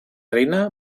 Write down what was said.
reina